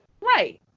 Right